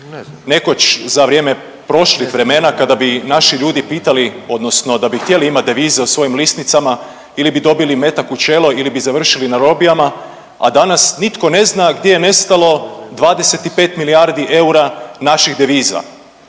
Nekoć za vrijeme prošlih vremena kada bi naši ljudi pitali odnosno da bi htjeli imati devize u svojim lisnicama ili bi dobili metak u čelo ili bi završili na robijama, a danas nitko ne zna gdje je nestalo 25 milijardi eura naših deviza.